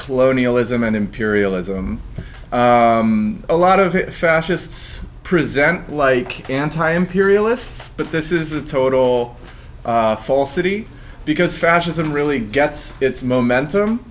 colonialism and imperialism a lot of fascists present like anti imperialists but this is a total falsity because fascism really gets its moment